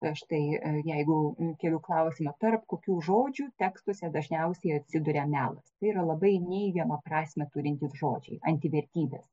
na štai jeigu keliu klausimą tarp kokių žodžių tekstuose dažniausiai atsiduria melas tai yra labai neigiamą prasmę turintys žodžiai antivertybės